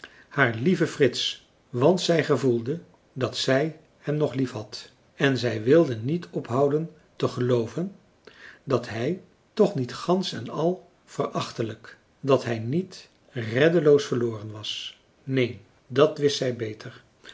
haar lieve frits want zij gevoelde dat zij hem nog liefhad en zij wilde niet ophouden te gelooven dat hij toch niet gansch en al verachtelijk dat hij niet reddeloos verloren was neen dat wist zij beter